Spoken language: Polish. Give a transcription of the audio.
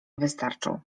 wystarczą